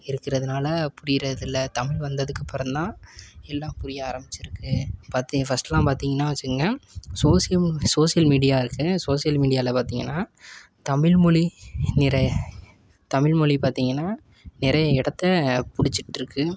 இருக்கிறதுனால புரிகிறதில்ல தமிழ் வந்ததுக்கப்புறம் தான் எல்லாம் புரிய ஆரம்மிச்சுருக்கு பார்த்தி ஃபர்ஸ்ட்டெலாம் பார்த்தீங்கன்னா வெச்சுக்கிங்க சோசியோ சோஷியல் மீடியா இருக்குது சோசியல் மீடியாவில் பார்த்தீங்கன்னா தமிழ் மொழி நிற தமிழ் மொழி பார்த்தீங்கன்னா நிறைய இடத்த பிடிச்சிட்ருக்கு